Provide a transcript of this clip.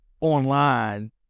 online